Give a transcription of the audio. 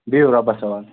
بِہِو رۄبَس حوال